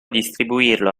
distribuirlo